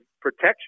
protection